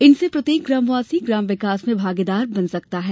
इनसे प्रत्येक ग्रामवासी ग्राम विकास में भागीदार बन सकता है